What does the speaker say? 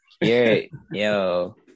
yo